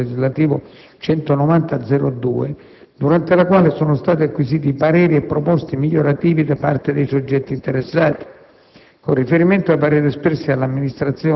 ai sensi degli articoli 4 e 16 del decreto legislativo n. 190 del 2002, durante la quale sono stati acquisiti pareri e proposte migliorative da parte dei soggetti interessati.